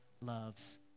loves